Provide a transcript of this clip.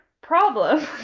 problem